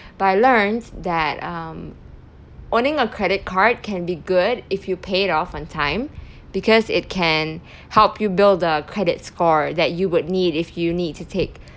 but I learnt that um owning a credit card can be good if you pay it off on time because it can help you build a credit score that you would need if you need to take